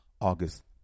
August